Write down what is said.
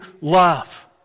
love